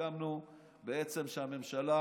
הסכמנו שהממשלה